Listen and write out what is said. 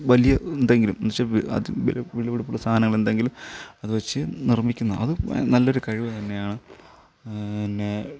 വലിയ എന്തെങ്കിലും എന്ന് വെച്ചാൽ അത് വിലപിടുപ്പുള്ള സാധനങ്ങൾ എന്തെങ്കിലും അത് വെച്ച് നിർമ്മിക്കുന്ന അതും നല്ലൊരു കഴിവ് തന്നെയാണ് പിന്നെ